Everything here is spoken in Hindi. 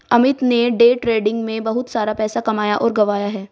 अमित ने डे ट्रेडिंग में बहुत सारा पैसा कमाया और गंवाया है